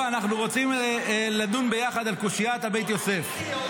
אנחנו רוצים לדון ביחד על קושיית הבית-יוסף.